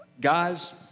guys